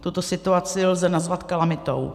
Tuto situaci lze nazvat kalamitou.